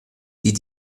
die